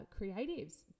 creatives